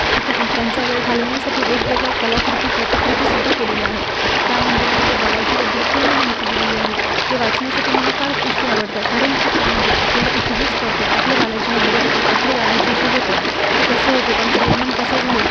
व तिथे त्यांचा वेळ घालवण्यासाठी वेगवेगळ्या कलाकृती प्रतिकृतीसुद्धा केलेल्या आहे त्या मंदिरामध्ये बालाजीबद्दल पूर्ण माहिती दिलेली आहे ते वाचण्यासाठी मला फार गोष्टी आवडतात कारण की त्यामध्ये आपल्याला इतिहास कळतो आपल्या बालाजी मंदिराबद्दल आपले बालाजी जे होते ते कसे होते त्यांचा निर्माण कसा झाला